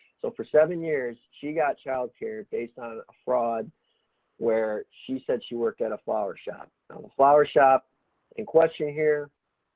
so for seven years she got child care based on a fraud where she said she worked at a flower shop. now, the flower shop in question here,